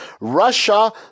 Russia